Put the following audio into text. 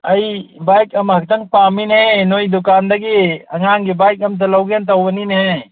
ꯑꯩ ꯕꯥꯏꯛ ꯑꯃ ꯈꯛꯇꯪ ꯄꯥꯝꯃꯤꯅꯦꯍꯦ ꯅꯣꯏ ꯗꯨꯀꯥꯟꯗꯒꯤ ꯑꯉꯥꯡꯒꯤ ꯕꯥꯏꯛ ꯑꯃꯇ ꯂꯧꯒꯦꯅ ꯇꯧꯕꯅꯤꯅꯦꯍꯦ